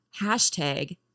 Hashtag